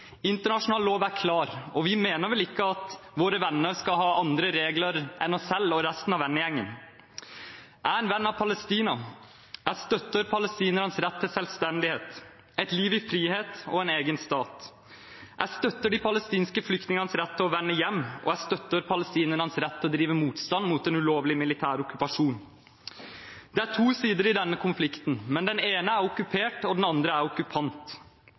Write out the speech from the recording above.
Internasjonal lov er klar, og vi mener vel ikke at våre venner skal ha andre regler enn oss selv og resten av vennegjengen? Jeg er en venn av Palestina. Jeg støtter palestinernes rett til selvstendighet, et liv i frihet og en egen stat. Jeg støtter de palestinske flyktningenes rett til å vende hjem, og jeg støtter palestinernes rett til å drive motstand mot en ulovlig militær okkupasjon. Det er to sider i denne konflikten, men den ene er okkupert, og den andre er okkupant.